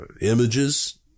images